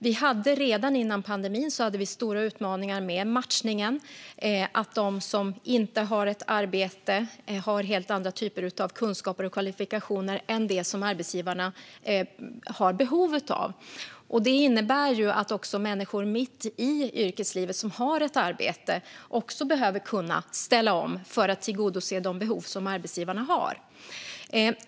Vi hade redan innan pandemin stora utmaningar med matchningen - att de som inte har ett arbete har helt andra typer av kunskaper och kvalifikationer än de som arbetsgivarna har behov av. Det innebär att även människor mitt i yrkeslivet som har ett arbete också behöver kunna ställa om för att tillgodose de behov som arbetsgivarna har.